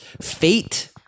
fate